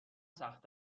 سخت